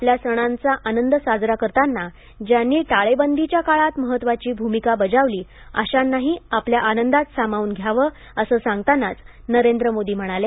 आपल्या सणांचा आनंद साजरा करताना ज्यांनी टाळेबदीच्या काळात महत्त्वाची भूमिका बजावली अशांनाही आपल्या आनंदात सामावून घ्यावं असं सांगताना नरेंद्र मोदी म्हणाले